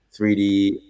3D